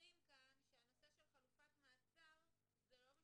אומרים כאן שהנושא של חלופת מעצר זה לא אם